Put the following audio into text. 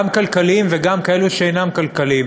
גם כלכליים וגם כאלו שאינם כלכליים,